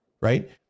right